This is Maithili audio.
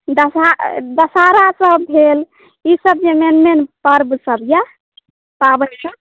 दशा दशहरासभ भेल ईसभ जे मेन मेन पर्वसभ यए पाबनि सभ